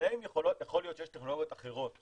אם יכול להיות שיש טכנולוגיות אחרות חדשות,